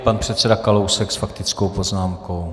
Pan předseda Kalousek s faktickou poznámkou.